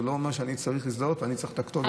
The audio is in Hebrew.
זה לא אומר שאני צריך להזדהות ואני צריך להיות הכתובת.